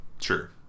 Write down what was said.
Sure